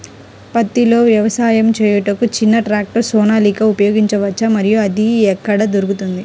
పత్తిలో వ్యవసాయము చేయుటకు చిన్న ట్రాక్టర్ సోనాలిక ఉపయోగించవచ్చా మరియు అది ఎక్కడ దొరుకుతుంది?